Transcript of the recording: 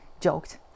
joked